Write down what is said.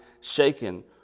shaken